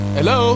Hello